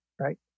right